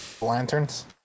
Lanterns